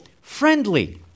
friendly